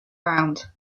round